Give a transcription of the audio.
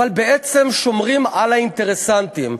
אבל בעצם שומרים על האינטרסנטים.